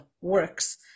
works